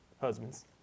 husbands